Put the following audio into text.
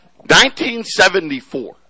1974